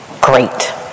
great